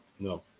No